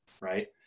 Right